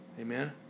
Amen